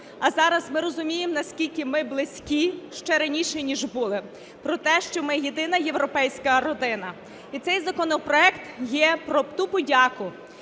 а зараз ми розуміємо наскільки ми близькі ще раніше, ніж були, про те, що ми єдина європейська родина. І цей законопроект є про ту подяку,